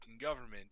government